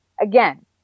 again